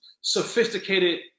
sophisticated